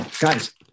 guys